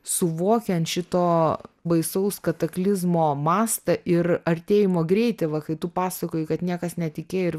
suvokiant šito baisaus kataklizmo mastą ir artėjimo greitį va kai tu pasakoji kad niekas netikėjo ir